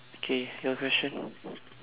K your question